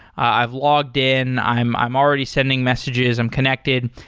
i've logged in. i'm i'm already sending messages. i'm connected.